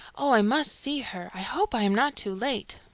oh, i must see her. i hope i am not too late.